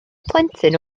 plentyn